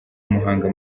muhanga